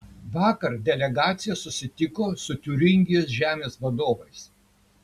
vakar delegacija susitiko su tiuringijos žemės vadovais